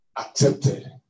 accepted